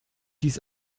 dies